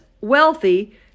wealthy